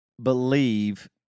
believe